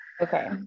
Okay